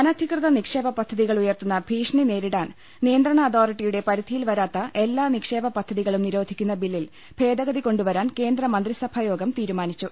അനധികൃത നിക്ഷേപ പദ്ധതികൾ ഉയർത്തുന്ന ഭീഷണി നേരിടാൻ നിയന്ത്രണ അതോറിറ്റിയുടെ പരിധിയിൽവരാത്ത എല്ലാ നിക്ഷേപ പദ്ധ തികളും നിരോധിക്കുന്ന ബില്ലിൽ ഭേദഗതി കൊണ്ടുവരാൻ കേന്ദ്രമന്ത്രി സഭായോഗം തീരുമാനിച്ചു